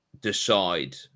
decide